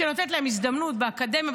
שנותנת להם הזדמנות באקדמיה,